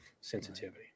sensitivity